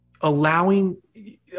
allowing